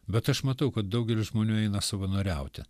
bet aš matau kad daugelis žmonių eina savanoriauti